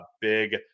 big